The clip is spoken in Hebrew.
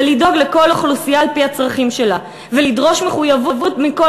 זה לדאוג לכל אוכלוסייה על-פי הצרכים שלה ולדרוש מחויבות מכל